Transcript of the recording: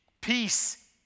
peace